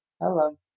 Hello